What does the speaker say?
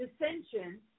dissension